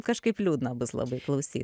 kažkaip liūdna bus labai klausyt